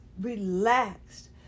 relaxed